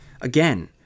Again